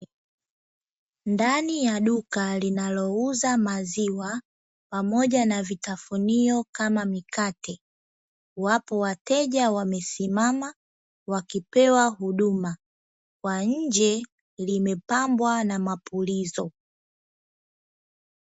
Ndani ya duka linalouza maziwa pamoja na vitafunio kama mikate. Wapo wateja wamesimama wakipewa huduma, kwa nje limepambwa na mapulizo.